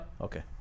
Okay